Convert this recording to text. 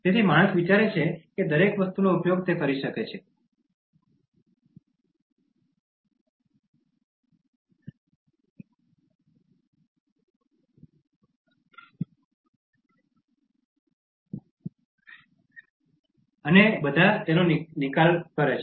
તેથી માણસ વિચારે છે કે તે દરેક વસ્તુનો ઉપયોગ કરી શકે છે અને બધા તેના નિકાલ પર છે